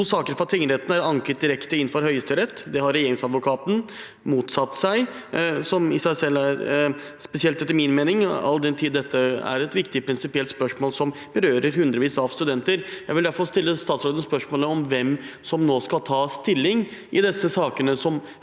To saker fra tingretten er anket direkte inn for Høyesterett. Det har Regjeringsadvokaten motsatt seg, noe som i seg selv er spesielt, etter min mening, all den tid dette er et viktig prinsipielt spørsmål som berører hundrevis av studenter. Jeg vil derfor stille statsråden spørsmål om hvem som skal ta stilling i disse sakene